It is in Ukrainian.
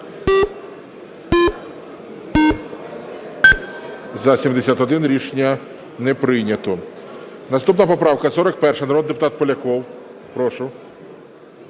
За-71 Рішення не прийнято. Наступна поправка – 41-а, народний депутат Поляков. Прошу.